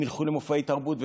והם ילכו למופעי תרבות,